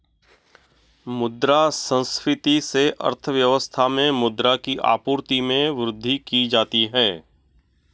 मुद्रा संस्फिति से अर्थव्यवस्था में मुद्रा की आपूर्ति में वृद्धि की जाती है